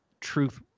truth